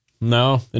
No